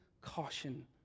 caution